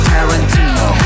Tarantino